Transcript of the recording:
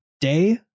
day